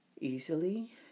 Easily